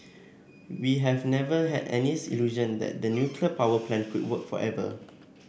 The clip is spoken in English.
we have never had any illusion that the nuclear power plant could work forever